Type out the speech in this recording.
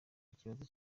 ikibazo